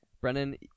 Brennan